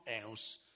else